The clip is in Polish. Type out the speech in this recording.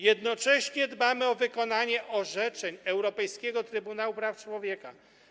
Jednocześnie dbamy o wykonanie orzeczeń Europejskiego Trybunału Praw Człowieka.